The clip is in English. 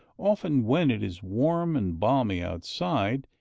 often, when it is warm and balmy outside,